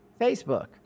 Facebook